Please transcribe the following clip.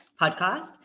podcast